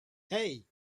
hey